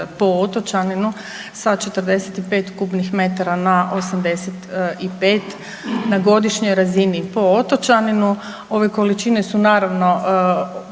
po otočaninu sa 45 m3 na 85 na godišnjoj razini po otočaninu. Ove količine su naravno